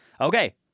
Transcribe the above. Okay